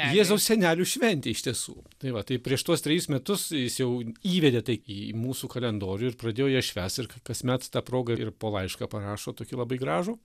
jėzaus senelių šventė iš tiesų tai va tai prieš tuos trejus metus jis jau įvedė tai į mūsų kalendorių ir pradėjo ją švęst ir kasmet ta proga ir po laišką parašo tokį labai gražų